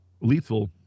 lethal